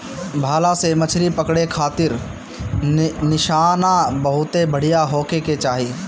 भाला से मछरी पकड़े खारित निशाना बहुते बढ़िया होखे के चाही